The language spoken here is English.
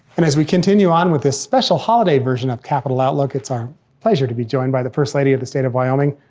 and as we continue on with this special holiday version of capitol outlook, it's our pleasure to be joined by the first lady of the state of wyoming,